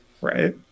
Right